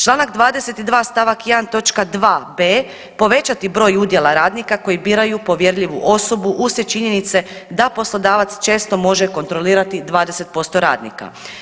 Članak 22. stavak 1. točka 2b. povećati broj udjela radnika koji biraju povjerljivu osobu uslijed činjenice da poslodavac često može kontrolirati 20% radnika.